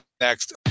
next